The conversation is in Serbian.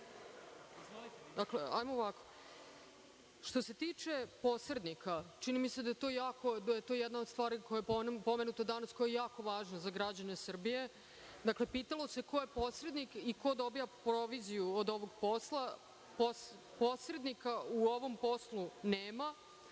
što se tiče posrednika, čini mi se da je to jedna od stvari koja je pomenuta danas i koja je jako važna za građane Srbije. Pitalo se ko je posrednik i ko dobija proviziju od ovog posla? Posrednika u ovom poslu nema.